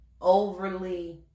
overly